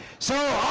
so